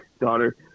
daughter